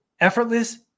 effortless